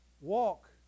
Walk